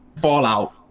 Fallout